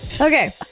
Okay